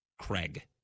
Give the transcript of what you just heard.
Craig